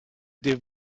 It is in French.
des